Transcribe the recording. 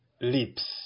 lips